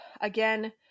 again